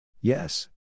Yes